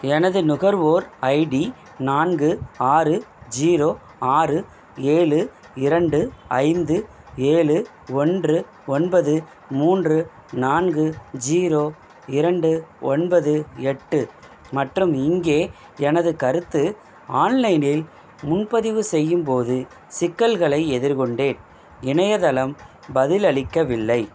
எனது நுகர்வோர் ஐடி நான்கு ஆறு ஜீரோ ஆறு ஏழு இரண்டு ஐந்து ஏழு ஒன்று ஒன்பது மூன்று நான்கு ஜீரோ இரண்டு ஒன்பது எட்டு மற்றும் இங்கே எனது கருத்து ஆன்லைனில் முன்பதிவு செய்யும் போது சிக்கல்களை எதிர்கொண்டேன் இணையதளம் பதில் அளிக்கவில்லை